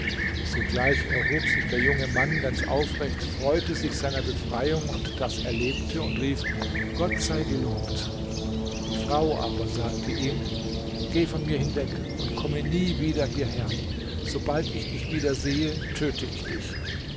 sogleich erhob sich der junge mann ganz aufrecht freute sich seiner befreiung und daß er lebte und rief gott sei gelobt die frau aber sagte ihm geh von mir hinweg und komme nie wieder hierher sobald ich dich wieder sehe töte ich dich